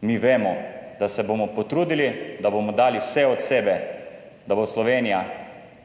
Mi vemo, da se bomo potrudili, da bomo dali vse od sebe, da bo Slovenija